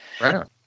Right